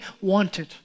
wanted